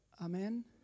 Amen